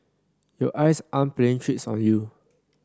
your eyes aren't playing tricks on you